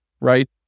right